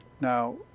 Now